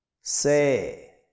Say